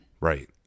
right